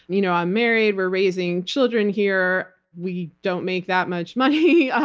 you know i'm married, we're raising children here, we don't make that much money.